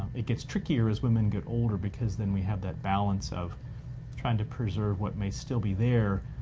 it gets trickier as women get older because then we have that balance of trying to preserve what may still be there